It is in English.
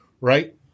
right